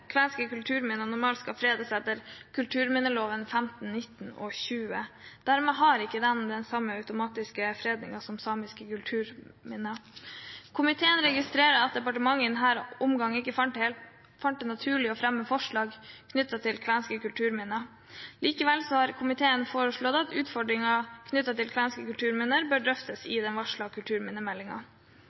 kvenske kulturminner normalt skal fredes etter kulturminneloven §§ 15,19 og 20. Dermed har ikke disse den samme automatiske fredningen som samiske kulturminner. Komiteen registrerer at departementet i denne omgang ikke fant det naturlig å fremme forslag knyttet til kvenske kulturminner. Likevel har komiteen foreslått at utfordringen knyttet til kvenske kulturminner bør drøftes i den